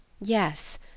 Yes